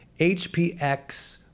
HPX